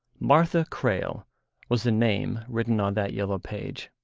martha crale was the name written on that yellow page.